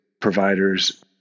providers